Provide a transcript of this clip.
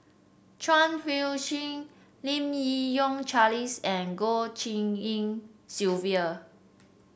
Chuang Hui Tsuan Lim Yi Yong Charles and Goh Tshin En Sylvia